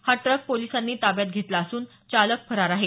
हा ट्रक पोलिसांनी ताब्यात घेतला असून चालक फरार आहे